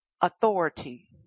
authority